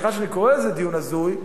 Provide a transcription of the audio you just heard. וסליחה שאני קורא לזה דיון הזוי,